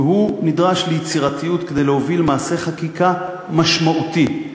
והוא נדרש ליצירתיות כדי להוביל מעשה חקיקה משמעותי,